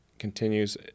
continues